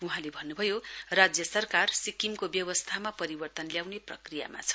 वहाँले भन्नुभयो राज्य सरकार सिक्किमको व्यवस्था परिवर्तन ल्याउने प्रक्रियामा छ